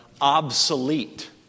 obsolete